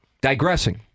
digressing